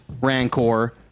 Rancor